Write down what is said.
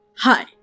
Hi